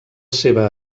seva